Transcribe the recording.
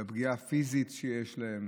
בפגיעה הפיזית שיש בהם.